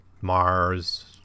Mars